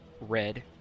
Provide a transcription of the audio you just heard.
red